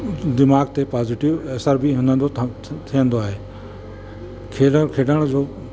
दिमाग़ ते पॉज़िटिव असर बि हुन जो थींदो आहे खेल खेॾण जो